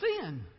sin